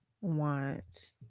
want